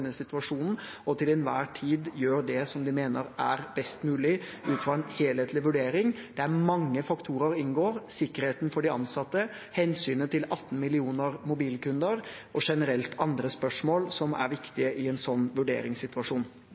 situasjonen og til enhver tid gjør det som de mener er best ut fra en helhetlig vurdering, der mange faktorer inngår – sikkerheten til de ansatte, hensynet til 18 millioner mobilkunder og generelt andre spørsmål som er viktige i en slik vurderingssituasjon.